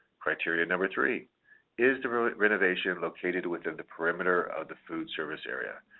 criteria number three is the renovation located within the perimeter of the food service area?